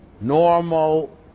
normal